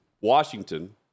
Washington